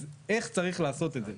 אז איך צריך לעשות את זה?